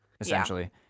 essentially